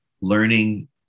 learning